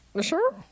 sure